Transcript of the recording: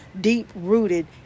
deep-rooted